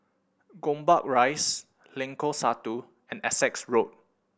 Gombak Rise Lengkok Satu and Essex Road